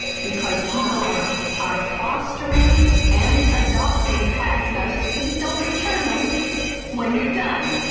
because people are are fostering and adopting pets. now just please don't return them when you're done.